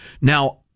Now